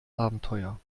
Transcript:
abenteuer